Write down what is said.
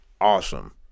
awesome